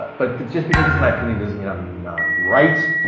but just because it's my opinion doesn't mean i'm not right.